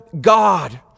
God